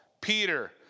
Peter